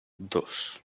dos